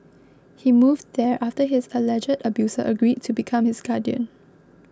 he moved there after his alleged abuser agreed to become his guardian